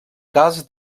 calç